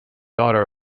daughter